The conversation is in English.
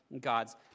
God's